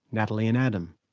nathalie and adam.